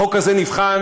החוק הזה נבחן,